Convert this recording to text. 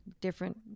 different